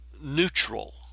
neutral